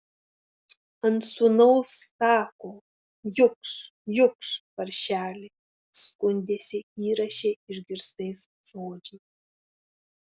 ant sūnaus sako jukš jukš paršeli skundėsi įraše išgirstais žodžiais